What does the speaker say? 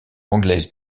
anglaise